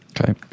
Okay